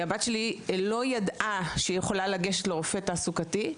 הבת שלי לא ידעה שהיא יכולה לגשת לרופא תעסוקתי.